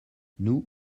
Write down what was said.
nous